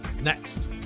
next